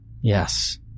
Yes